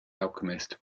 alchemist